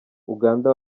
uganda